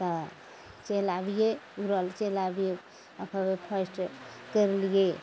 तऽ चलि आबियइ उड़ल चलि आबियइ अगर फर्स्ट करि लिअ